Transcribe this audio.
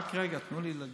רק רגע, תנו לי להגיד.